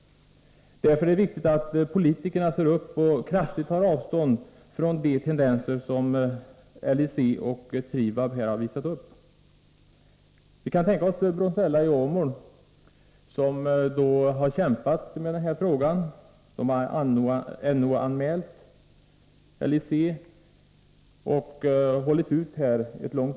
Därför är det viktigt att politikerna ser upp och kraftigt tar avstånd från de tendenser som LIC och Trivab här har visat upp. Jag vill återkomma till Bronzella i Åmål, som har NO-anmält LIC. Företaget har kämpat länge för den här frågan.